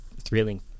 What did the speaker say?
thrilling